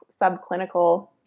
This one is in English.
subclinical